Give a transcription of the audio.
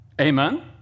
Amen